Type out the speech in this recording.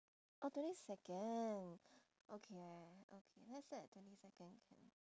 oh twenty second okay okay let's set at twenty second can